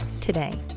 today